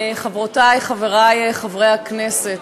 חברותי וחברי חברי הכנסת,